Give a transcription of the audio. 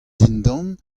dindan